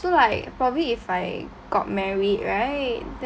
so like probably if I got married right